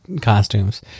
costumes